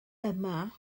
yma